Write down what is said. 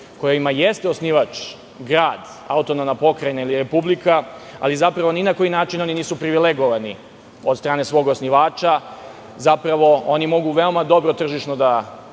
kojima jeste osnivač grad, autonomna pokrajina ili republika, ali zapravo ni na koji način oni nisu privilegovani od strane svog osnivača. Zapravo, oni mogu veoma dobro tržišno da